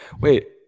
Wait